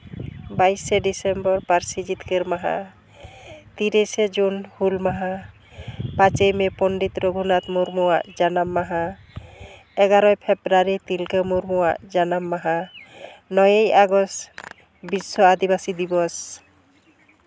ᱵᱟᱭᱤᱥᱮ ᱰᱤᱥᱮᱢᱵᱚᱨ ᱯᱟᱹᱨᱥᱤ ᱡᱤᱛᱠᱟᱹᱨ ᱢᱟᱦᱟ ᱛᱤᱨᱤᱥᱮ ᱡᱩᱱ ᱦᱩᱞ ᱢᱟᱦᱟ ᱯᱟᱸᱪᱮᱭ ᱢᱮ ᱯᱚᱱᱰᱤᱛ ᱨᱚᱜᱷᱩᱱᱟᱛᱷ ᱢᱩᱨᱢᱩ ᱟᱜ ᱡᱟᱱᱟᱢ ᱢᱟᱦᱟ ᱮᱜᱟᱨᱳᱭ ᱯᱷᱮᱵᱽᱨᱩᱣᱟᱨᱤ ᱛᱤᱞᱠᱟᱹ ᱢᱩᱨᱢᱩ ᱟᱜ ᱡᱟᱱᱟᱢ ᱢᱟᱦᱟ ᱱᱚᱭᱮ ᱟᱜᱚᱥᱴ ᱵᱤᱥᱥᱚ ᱟᱹᱫᱤᱵᱟᱹᱥᱤ ᱫᱤᱵᱚᱥ